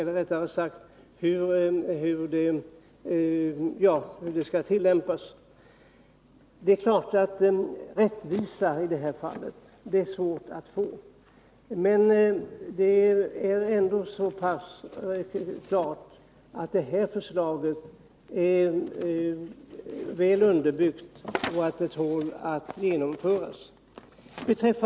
Det är naturligtvis svårt att uppnå fullständig rättvisa, men förslaget är ändå så väl underbyggt att det kan genomföras.